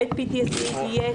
בית PTSD יהיה